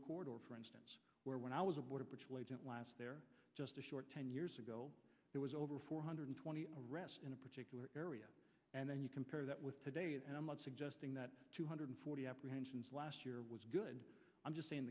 arizona court or for instance where when i was a border patrol agent last there just a short ten years ago there was over four hundred twenty arrests in a particular area and then you compare that with today and i'm not suggesting that two hundred forty apprehensions last year was good i'm just saying